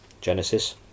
Genesis